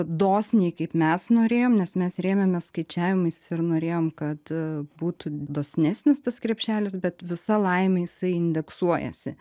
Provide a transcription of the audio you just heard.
dosniai kaip mes norėjom nes mes rėmėmės skaičiavimais ir norėjom kad būtų dosnesnis tas krepšelis bet visa laimė jisai indeksuojasi